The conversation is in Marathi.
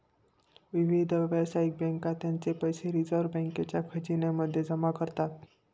विविध व्यावसायिक बँका त्यांचे पैसे रिझर्व बँकेच्या खजिन्या मध्ये जमा करतात